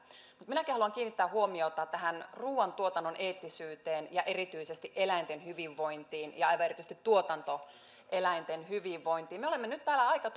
mutta minäkin haluan kiinnittää huomiota tähän ruuantuotannon eettisyyteen ja erityisesti eläinten hyvinvointiin ja aivan erityisesti tuotantoeläinten hyvinvointiin me olemme nyt täällä aika